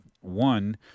one